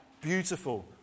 beautiful